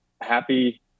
happy